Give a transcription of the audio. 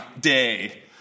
Day